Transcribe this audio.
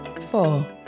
four